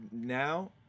now